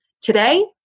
Today